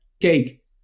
cake